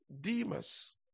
Demas